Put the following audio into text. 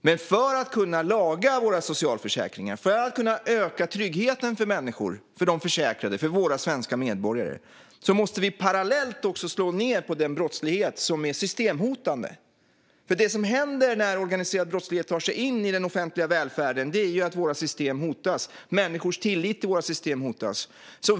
Men för att kunna laga våra socialförsäkringar och för att kunna öka tryggheten för människor, för de försäkrade, för våra svenska medborgare, måste vi parallellt också slå ned på den brottslighet som är systemhotande. Det som händer när organiserad brottslighet tar sig in i den offentliga välfärden är att våra system hotas och att människors tillit till våra system hotas.